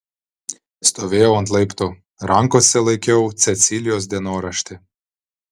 stovėjau ant laiptų rankose laikiau cecilijos dienoraštį